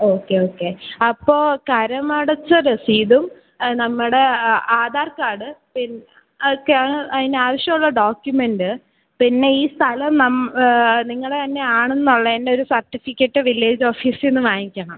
okay okay അപ്പോൾ കരം അടച്ച രസീതും നമ്മുടെ ആധാർ കാർഡ് പിൻ അതൊക്കെ അതിന് ആവശ്യമുള്ള ഡോക്യുമെൻറ് പിന്നെ ഈ സ്ഥലം നം നിങ്ങളുടെ തന്നെ ആണെന്നുള്ളതിൻ്റെ ഒരു സർട്ടിഫിക്കറ്റ് വില്ലേജ് ഓഫീസിൽ നിന്ന് വാങ്ങിക്കണം